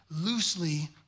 loosely